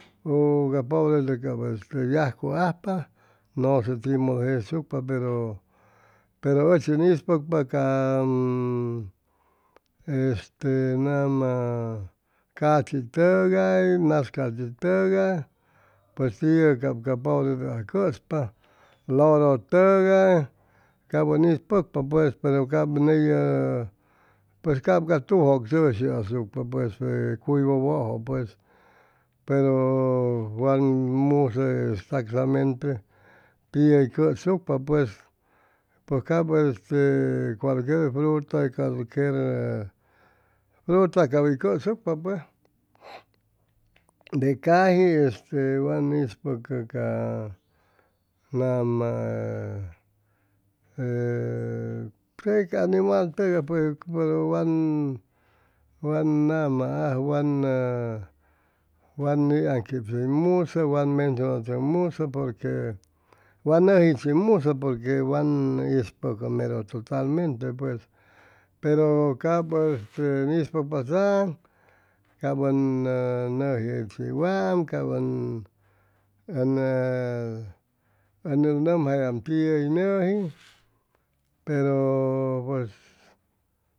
Uu ca pobre tʉg yajcu ajpa nʉse timodo jesucpa pero pero ʉchi ʉn ispʉcpa ca este nama cachi tʉgay nas cahi tʉgay pues tiʉ cap ca pobre tʉgas cʉspa loro tʉgay cap ʉn ispʉgpa pues pero cap ney ʉ pues cap ca tuŋ tzʉshi asucpa pues ca cuy wʉ wʉ pues pero wan musʉ exactamente tiʉ hʉy cʉsucpa pues pʉj cap este cualquier fruta cualquier fruta cap hʉy cʉsucpa pues de caji wan ispʉcʉ pues ca nama te ca animal tʉgay pero wan wan nama ajʉ wan ni aŋquipsʉymusʉ wan mencionachʉcmusʉ porque wan nʉji chimusʉ porque wan ispʉcʉ mero totalmente pues pero cap ʉn ispʉcpasa'aŋ cap ʉn nʉji chiwaam cap ʉn ʉn ʉn nʉmjayam tiʉ hʉy nʉji pero pues